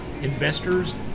investors